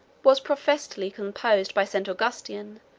was professedly composed by st. augustin,